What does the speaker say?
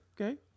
Okay